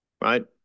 right